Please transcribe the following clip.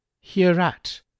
Hereat